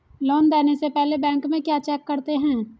Loan देने से पहले बैंक में क्या चेक करते हैं?